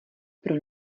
pro